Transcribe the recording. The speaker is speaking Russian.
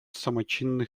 самочинный